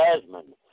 Jasmine